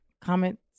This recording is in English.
comment